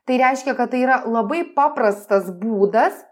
tai reiškia kad tai yra labai paprastas būdas